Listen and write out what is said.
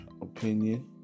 opinion